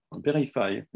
verify